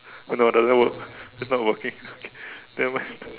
oh no doesn't work it's not working okay nevermind